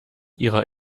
ihrer